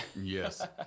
Yes